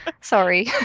Sorry